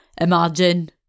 Imagine